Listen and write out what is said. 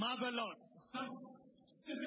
marvelous